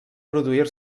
produir